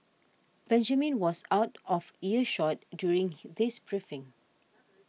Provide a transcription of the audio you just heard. Benjamin was out of earshot during this briefing